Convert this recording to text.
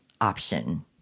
option